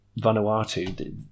Vanuatu